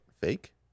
fake